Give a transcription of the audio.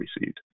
received